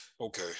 okay